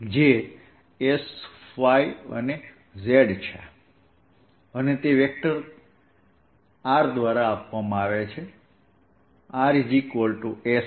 જે S ϕ અને Z છે અને તે સ્થિતિ વેક્ટર r દ્વારા આપવામાં આવે છે જે rsszz છે